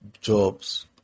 jobs